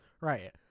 right